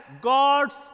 God's